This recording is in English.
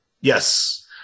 Yes